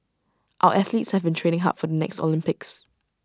our athletes have been training hard for the next Olympics